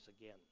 again